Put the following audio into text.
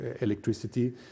electricity